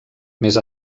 més